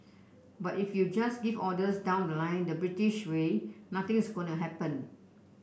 but if you just give orders down the line the British way nothing's gonna happen